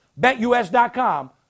BetUS.com